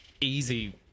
easy